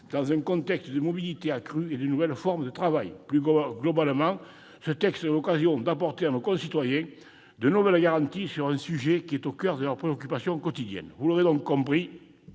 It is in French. dans un contexte de mobilités accrues et de nouvelles formes de travail. Plus globalement, le projet de loi est l'occasion d'apporter à nos concitoyens de nouvelles garanties sur un sujet au coeur de leurs préoccupations quotidiennes. Vous l'aurez compris,